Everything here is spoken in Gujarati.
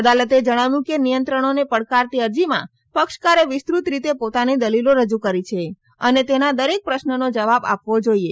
અદાલતે જણાવ્યું છે કે નિયંત્રણોને પડકારતી અરજીમા પક્ષકારે વિસ્તૃત રીતે પોતાની દલિલો રજૂ કરી છે અને તેના દરેક પશ્નનો જવાબ આપવો જોઇએ